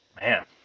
man